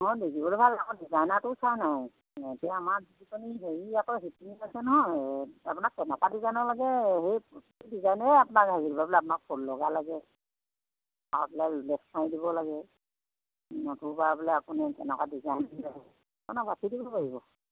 অঁ নিজে ব'লে ভাল আকৌ ডিজাইনাৰটো চোৱা নাই এতিয়া আমাৰ যিকেইজনী হেৰি আকৌ শিপিনী আছে নহয় আপোনাক কেনেকুৱা ডিজাইনৰ লাগে সেই ডিজাইনেই আপোনাক আঁকি দিব বোলে আপোনাক ফুল লগা লাগে আৰু বোলে লেছ মাৰি দিব লাগে নতুবা বোলে আপুনি কেনেকুৱা ডিজাইন দিলে আপোনাক আঁকি দিব পাৰিব